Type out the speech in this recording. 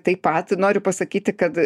taip pat noriu pasakyti kad